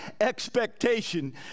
expectation